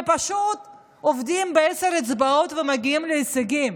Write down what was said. פשוט עובדים ובעשר אצבעות מגיעים להישגים.